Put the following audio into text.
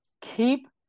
keep